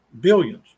billions